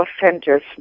center's